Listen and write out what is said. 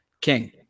king